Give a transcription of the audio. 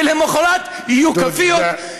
ולמוחרת יהיו כאפיות,